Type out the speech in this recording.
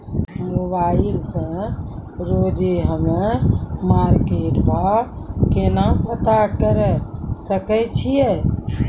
Mobile से रोजे हम्मे मार्केट भाव केना पता करे सकय छियै?